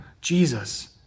Jesus